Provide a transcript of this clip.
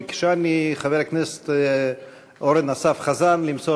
ביקשני חבר הכנסת אורן אסף חזן למסור